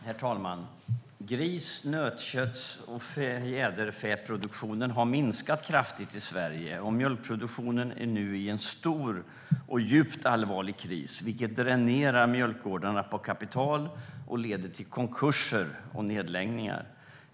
Herr talman! Griskötts, nötkötts och fjäderfäproduktionen har minskat kraftigt i Sverige, och mjölkproduktionen är nu i en stor och djupt allvarlig kris, vilket dränerar mjölkgårdarna på kapital och leder till konkurser och nedläggningar.